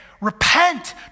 repent